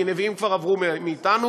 כי הנביאים כבר עברו מאתנו,